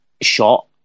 shot